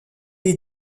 est